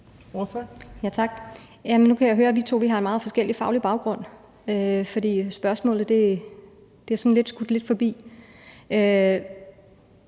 Nu kan jeg høre, at vi to har en meget forskellig faglig baggrund, for spørgsmålet er sådan skudt lidt forbi.